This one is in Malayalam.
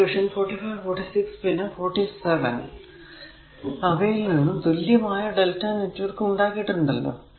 ഇക്വേഷൻ 45 46 പിന്നെ 47 ൽ നിന്നും തുല്യമായ Δ നെറ്റ്വർക്ക് ഉണ്ടാക്കിയിട്ടുണ്ടല്ലോ